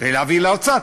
ולהביא לאוצר,